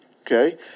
Okay